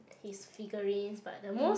his figurines but the most